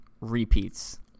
repeats